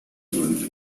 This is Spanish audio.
durante